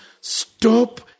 stop